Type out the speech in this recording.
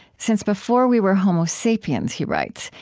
since before we were homo sapiens, he writes,